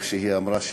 כמו שהיא אמרה,